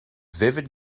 vivid